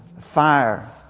fire